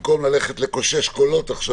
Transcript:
במקום לקושש קולות.